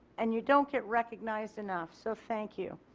and you don't get recognized enough. so thank you.